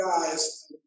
guys